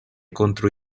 contro